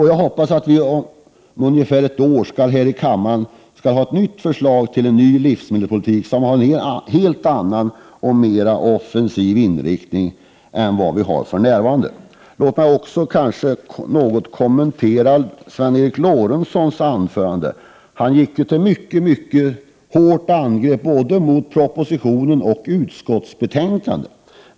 Jag hoppas att vi om ungefär ett år här i kammaren skall ha förslag till en ny livsmedelspolitik, som skall ha en helt annan och mera offensiv inriktning än den nuvarande. Låt mig också något kommentera Sven Eric Lorentzons anförande, där han gick till mycket hårt angrepp både mot propositionen och mot utskottsbetänkandet.